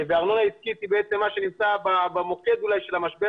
ארנונה עסקית היא מה שאולי נמצא במוקד של המשבר